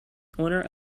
owner